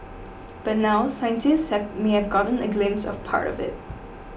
but now scientists may have gotten a glimpse of part of it